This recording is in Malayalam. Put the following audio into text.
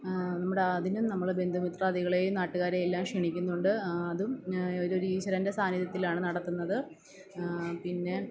നമ്മുടെ അതിനും നമ്മൾ ബന്ധുമിത്രാദികളെയും നാട്ടുകാരെയും എല്ലാം ക്ഷണിക്കുന്നുണ്ട് അതും ഒരു ഒരു ഈശ്വരന്റെ സാന്നിധ്യത്തിലാണ് നടത്തുന്നത് പിന്നെ